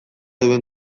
duen